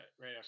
right